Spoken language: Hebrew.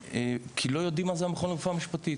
כי לא יודעים מה זה המכון לרפואה משפטית.